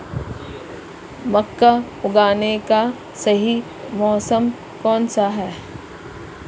मक्का उगाने का सही मौसम कौनसा है?